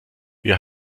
wir